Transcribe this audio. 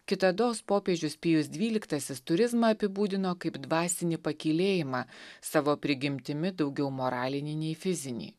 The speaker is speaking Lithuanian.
kitados popiežius pijus dvyliktasis turizmą apibūdino kaip dvasinį pakylėjimą savo prigimtimi daugiau moralinį nei fizinį